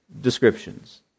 descriptions